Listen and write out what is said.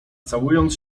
całując